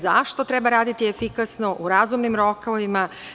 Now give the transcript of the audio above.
Zašto treba raditi efikasno, u razumnim rokovima?